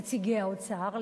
נציגי האוצר,